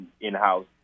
in-house